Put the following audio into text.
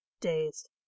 dazed